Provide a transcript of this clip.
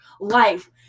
life